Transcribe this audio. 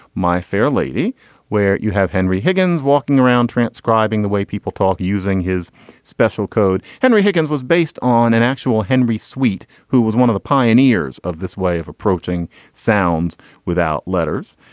my fair lady where you have henry higgins walking around transcribing the way people talk using his special code. henry higgins was based on an actual henry suite who was one of the pioneers of this way of approaching sounds without letters.